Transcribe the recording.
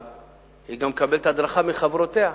היא גם מקבלת הדרכה מחברותיה.